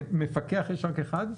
מפקח יש רק אחד?